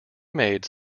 made